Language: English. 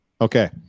Okay